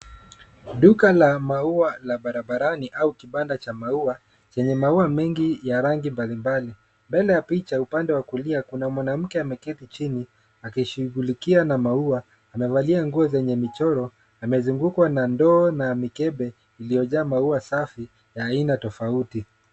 Duka la maua la barabarani au kibanda cha maua, chenye maua mengi ya rangi mbalimbali. Mbele ya picha upande wa kulia kuna mwanamke ameketi chini akishughulikia na maua amevalia, nguo zenye michoro amezungukwa na ndoo na mikebe iliyojaa maua safi ya aina tofauti.